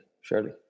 surely